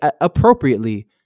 appropriately